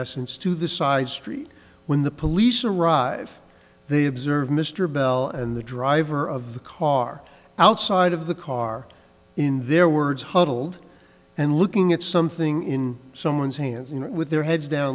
essence to the side street when the police arrive they observe mr bell and the driver of the car outside of the car in their words huddled and looking at something in someone's hands you know with their heads down